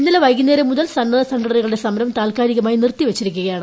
ഇന്നലെ വൈകുന്നേരം മുതൽ സന്നദ്ധ് സംഘടനകളുടെ സമരം താൽക്കാലികമായി നിർത്തിവച്ചിരിക്കുക്യാണ്